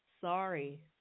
Sorry